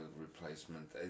replacement